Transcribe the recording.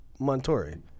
Montori